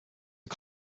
are